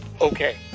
Okay